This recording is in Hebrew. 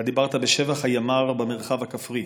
אתה דיברת בשבח הימ"ר במרחב הכפרי.